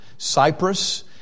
Cyprus